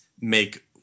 make